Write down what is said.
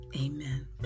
Amen